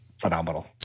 phenomenal